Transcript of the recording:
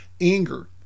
anger